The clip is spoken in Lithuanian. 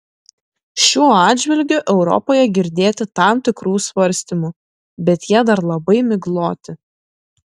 šiuo atžvilgiu europoje girdėti tam tikrų svarstymų bet jie dar labai migloti